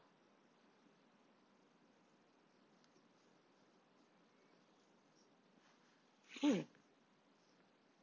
mm